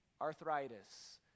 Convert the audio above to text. arthritis